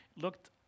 looked